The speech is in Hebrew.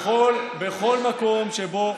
בכל מקום שבו,